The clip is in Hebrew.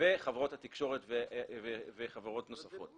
חברות התקשורת וחברות נוספות.